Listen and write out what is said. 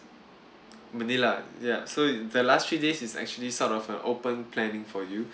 manila ya so in the last three days is actually sort of an open planning for you